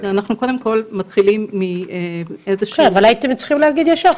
קודם כל מתחילים מאיזושהי --- אבל הייתם צריכים להגיד ישר,